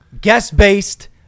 guest-based